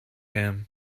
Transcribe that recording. him